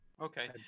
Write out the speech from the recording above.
Okay